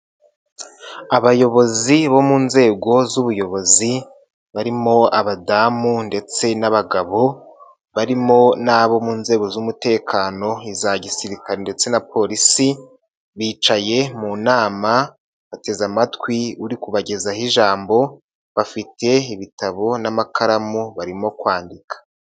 Abayobozi bo mu nzego z'ubuyobozi barimo abadamu ndetse n'abagabo barimo nabo mu nzego z'umutekano iza gisirikare ndetse na polisi bicaye mu nama bateze amatwi uri kubagezaho ijambo bafite ibitabo n'amakaramu barimo kwandika.